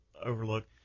overlook